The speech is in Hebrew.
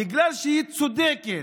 בגלל שהיא צודקת,